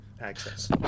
access